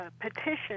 petition